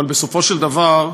אבל בסופו של דבר,